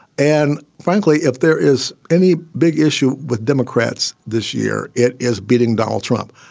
and frankly, if there is any big issue with democrats this year, it is beating donald trump.